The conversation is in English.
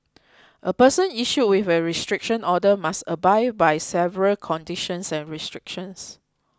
a person issued with a restriction order must abide by several conditions and restrictions